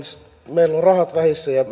meillä on rahat vähissä ja